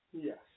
Yes